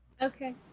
Okay